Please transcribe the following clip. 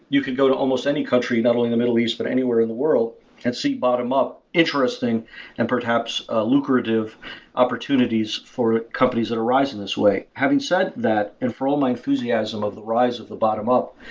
you can go to almost any country not only the middle east but anywhere in the world and see bottom-up interesting and perhaps lucrative opportunities for companies that are rising this way. having said that, and for all my enthusiasm of the rise of the bottom-up,